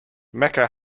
mecca